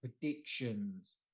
predictions